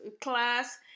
class